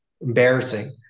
embarrassing